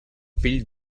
fill